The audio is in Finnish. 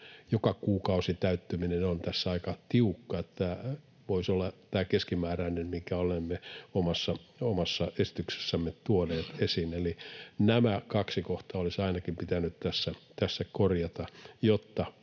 joka kuukausi täyttyminen on tässä aika tiukka ja se voisikin olla tämä keskimääräinen, minkä olemme omassa esityksessämme tuoneet esiin. Nämä kaksi kohtaa olisi ainakin pitänyt tässä korjata, jotta